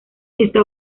está